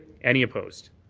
any opposed?